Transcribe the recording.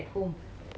mm